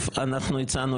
קודם כול אנחנו הצענו,